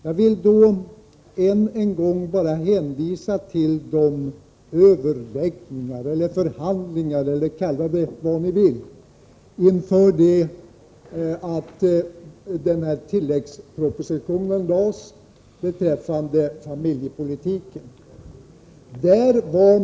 Jag vill än en gång bara hänvisa till de överläggningar eller förhandlingar — kalla det vad ni vill - som ägde rum innan tilläggspropositionen beträffande familjepolitiken lades fram.